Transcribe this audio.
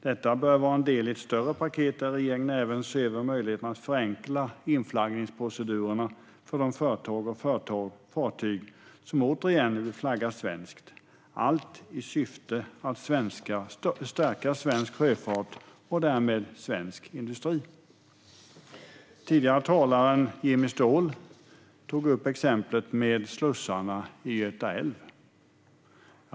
Detta bör vara en del i ett större paket där regeringen även ser över möjligheten att förenkla inflaggningsprocedurerna för de företag och fartyg som återigen vill flagga svenskt, allt i syfte att stärka svensk sjöfart och därmed svensk industri. Den tidigare talaren, Jimmy Ståhl, tog upp exemplet med slussarna i Göta älv.